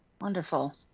Wonderful